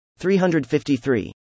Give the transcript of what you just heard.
353